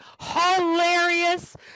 hilarious